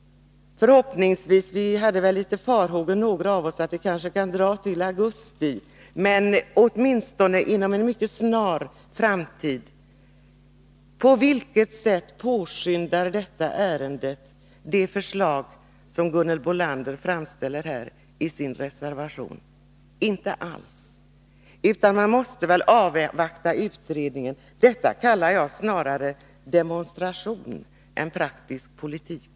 Några av oss hyste farhågor för att det kan komma att dra ut något på tiden till augusti, men det kommer i varje fall att ske inom en mycket snar framtid. På vilket sätt påskyndar det förslag som Gunhild Bolander framställer i sin reservation ärendets behandling? Inte alls! Man måste väl avvakta utredningen. Detta kallar jag snarare demonstration än praktisk politik.